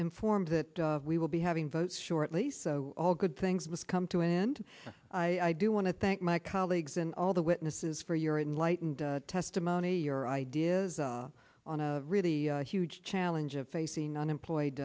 informed that we will be having the shortly so all good things must come to an end i do want to thank my colleagues and all the witnesses for your and lightened testimony your ideas on a really huge challenge of facing unemployed